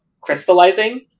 crystallizing